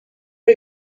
for